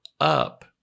up